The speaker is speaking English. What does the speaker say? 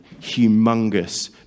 humongous